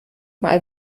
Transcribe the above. mal